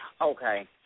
Okay